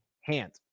hand